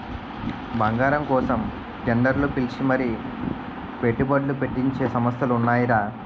బంగారం కోసం టెండర్లు పిలిచి మరీ పెట్టుబడ్లు పెట్టించే సంస్థలు ఉన్నాయిరా